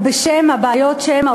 או בבעיות שמע,